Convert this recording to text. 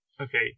Okay